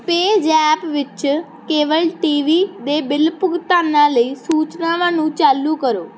PayZapp ਵਿੱਚ cable T V ਦੇ bill ਭੁਗਤਾਨਾਂ ਲਈ ਸੂਚਨਾਵਾਂ ਨੂੰ ਚਾਲੂ ਕਰੋ